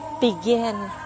begin